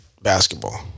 basketball